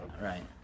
right